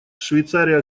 швейцария